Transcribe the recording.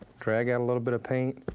drag out a little bit of paint,